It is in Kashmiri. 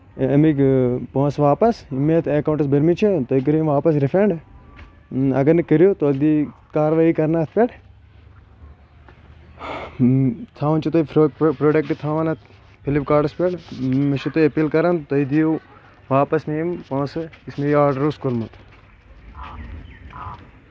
اَمیٚکۍ پونٛسہٕ واپَس یِم مےٚ اتھ ایٚکونٛٹس بٔرمٕتۍ چھِ تُہۍ کٔرو یِم واپَس رِفنٛڈ اَگر نہٕ کٔرو تۄہہِ یی کاروٲیی کَرنہٕ اَتھ پٮ۪ٹھ تھاوان چھِو تُہۍ فرو پروڈکٹ تھاوان اَتھ فلپ کارٹس پٮ۪ٹھ مےٚ چھُ تۄہہِ اپیٖل کَران تُہۍ دِیو واپَس مےٚ یِم پونٛسہٕ یُس مےٚ یہِ آرڈر اوس کورمُت